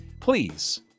Please